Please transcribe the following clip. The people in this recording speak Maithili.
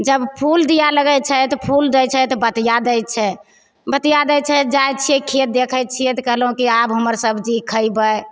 जब फूल दिए लगैत छै तऽ फूल दै छै तऽ बतिआ दै छै बतिआ दै छै जाइत छियै खेत देखैत छियै तऽ कहलहुँ कि आब हमर सबजी खयबै